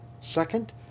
Second